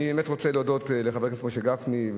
אני באמת רוצה להודות לחבר הכנסת משה גפני,